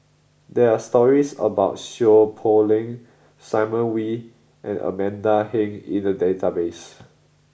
there are stories about Seow Poh Leng Simon Wee and Amanda Heng in the database